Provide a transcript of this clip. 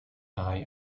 eye